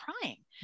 crying